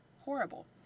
horrible